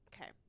Okay